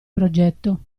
progetto